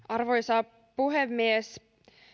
arvoisa puhemies